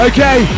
Okay